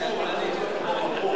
אתה צודק, במקום.